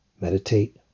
meditate